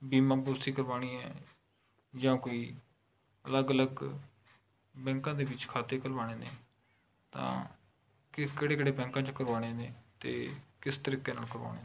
ਬੀਮਾ ਪੋਲੀਸੀ ਕਰਵਾਉਣੀ ਹੈ ਜਾਂ ਕੋਈ ਅਲੱਗ ਅਲੱਗ ਬੈਂਕਾਂ ਦੇ ਵਿੱਚ ਖਾਤੇ ਖੁਲਵਾਉਣੇ ਨੇ ਤਾਂ ਕਿ ਕਿਹੜੇ ਕਿਹੜੇ ਬੈਂਕਾਂ 'ਚ ਖੁਲਵਾਉਣੇ ਨੇ ਅਤੇ ਕਿਸ ਤਰੀਕੇ ਨਾਲ ਖੁਲਵਾਉਣੇ ਨੇ